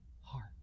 heart